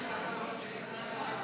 התשע"ח 2108,